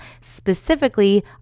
specifically